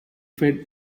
fed